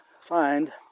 find